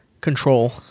control